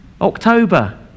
October